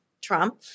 Trump